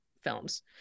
films